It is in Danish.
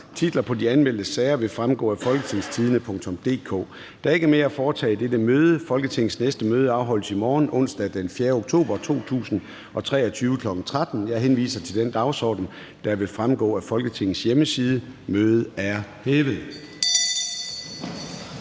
Titler på de anmeldte sager vil fremgå af www.folketingstidende.dk (jf. ovenfor). Der er ikke mere at foretage i dette møde. Folketingets næste møde afholdes i morgen, onsdag den 4. oktober 2023, kl. 13.00. Jeg henviser til den dagsorden, der vil fremgå af Folketingets hjemmeside. Mødet er hævet.